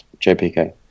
JPK